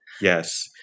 Yes